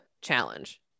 challenge